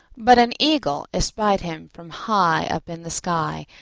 but an eagle espied him from high up in the sky,